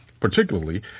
particularly